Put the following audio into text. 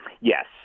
Yes